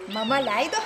mama leido